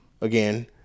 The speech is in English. again